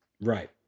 Right